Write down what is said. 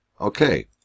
Okay